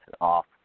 off